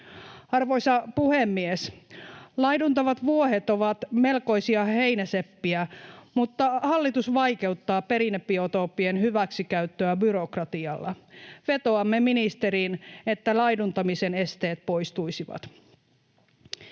Arvoisa puhemies! Laiduntavat vuohet ovat melkoisia heinäseppiä, mutta hallitus vaikeuttaa perinnebiotooppien hyväksikäyttöä byrokratialla. Vetoamme ministeriin, että laiduntamisen esteet poistuisivat.